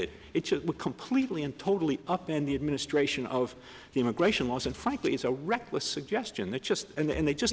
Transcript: it it's completely and totally up in the administration of the immigration laws and frankly it's a reckless suggestion that just and they just